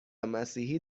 مسیحی